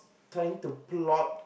trying to plot